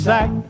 Sack